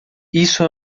isso